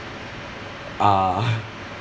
uh